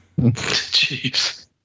Jeez